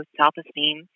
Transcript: self-esteem